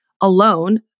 alone